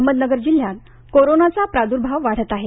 अहमदनगर जिल्ह्यात कोरोनाचा प्राद्भाव वाढत आहे